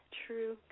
true